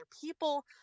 people